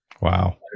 wow